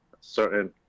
certain